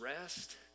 rest